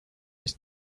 his